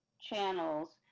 channels